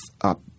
up